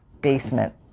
basement